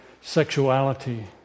sexuality